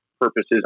purposes